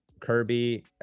kirby